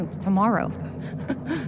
tomorrow